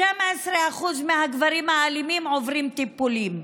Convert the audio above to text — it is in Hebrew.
12% מהגברים האלימים עוברים טיפולים,